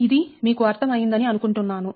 ఇది మీకు అర్థం అయిందని అనుకుంటున్నాను